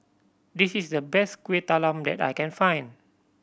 this is the best Kueh Talam that I can find